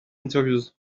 interviews